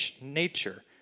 nature